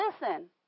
listen